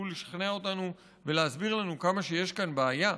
לשכנע אותנו ולהסביר לנו כמה שיש כאן בעיה,